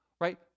right